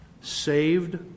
Saved